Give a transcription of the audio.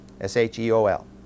S-H-E-O-L